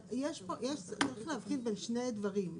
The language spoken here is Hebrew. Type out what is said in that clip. אבל צריך להבחין בין שני דברים.